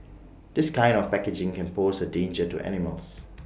this kind of packaging can pose A danger to animals